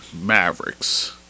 Mavericks